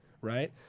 right